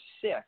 sick